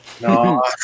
No